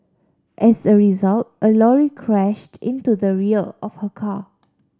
as a result a lorry crashed into the rear of her car